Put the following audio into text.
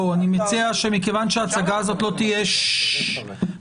כדי שההצגה לא תהיה ארוכה,